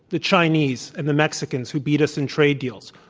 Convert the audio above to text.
the chinese and the mexicans who beat us in trade deals,